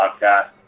Podcast